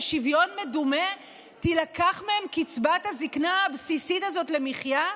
שוויון מדומה תילקח מהן קצבת הזקנה הבסיסית הזאת למחיה?